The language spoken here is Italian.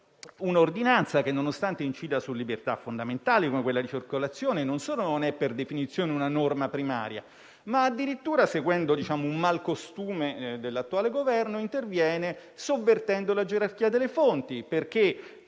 2020 - che, nonostante incida su libertà fondamentali come quella di circolazione, non solo non è per definizione una norma primaria ma addirittura, seguendo un malcostume dell'attuale Governo, interviene sovvertendo la gerarchia delle fonti